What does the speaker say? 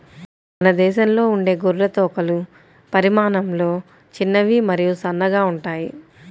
మన దేశంలో ఉండే గొర్రె తోకలు పరిమాణంలో చిన్నవి మరియు సన్నగా ఉంటాయి